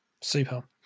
Super